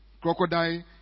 Crocodile